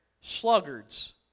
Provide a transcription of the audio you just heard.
Sluggards